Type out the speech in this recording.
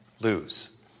lose